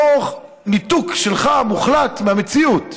או ניתוק מוחלט שלך מהמציאות,